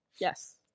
yes